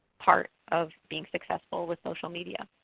part of being successful with social media.